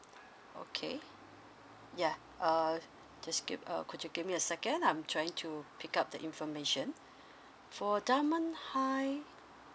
okay ya err just give uh could you give me a second I'm trying to pick out the information for dunman high